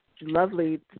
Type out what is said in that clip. lovely